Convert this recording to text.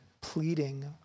pleading